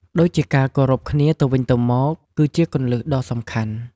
ដូចជាការគោរពគ្នាទៅវិញទៅមក គឺជាគន្លឹះដ៏សំខាន់មួយ។